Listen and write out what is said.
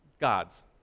gods